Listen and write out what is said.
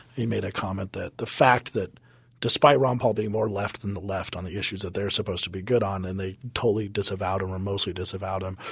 he made a comment that the fact that despite ron paul being more left than the left on the issues that they're supposed to be good on and they totally disavowed or mostly disavowed um